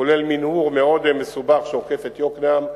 זה כולל מנהור מאוד מסובך שעוקף את יוקנעם,